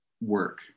work